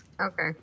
Okay